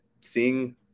seeing